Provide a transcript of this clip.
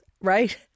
right